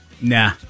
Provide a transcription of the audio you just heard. Nah